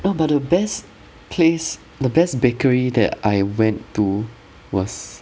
!wah! but the best place the best bakery that I went to was